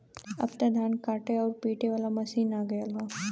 अब त धान काटे आउर पिटे वाला मशीन आ गयल हौ